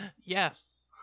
yes